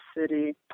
city